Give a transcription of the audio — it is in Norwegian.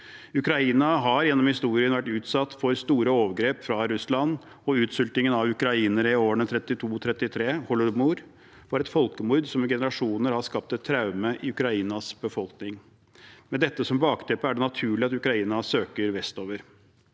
Ukraina har gjennom historien vært utsatt for store overgrep fra Russland, og utsultingen av ukrainere i årene 1932–1933, holodomor, var et folkemord som i generasjoner har skapt traumer i Ukrainas befolkning. Med dette som bakteppe er det naturlig at Ukraina søker vestover.